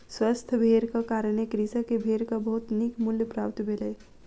स्वस्थ भेड़क कारणें कृषक के भेड़क बहुत नीक मूल्य प्राप्त भेलै